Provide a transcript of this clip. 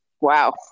wow